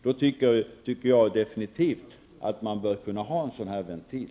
För sådana fall tycker jag definitivt att man bör kunna ha en sådan här ventil.